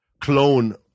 clone